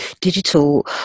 digital